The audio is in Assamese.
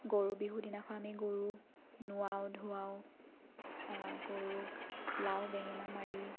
গৰু বিহু দিনাখন আমি গৰুক নোৱাওঁ ধুৱাওঁ গৰুক লাও বেঙেনা মাৰি